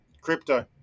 Crypto